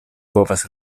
povas